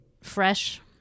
fresh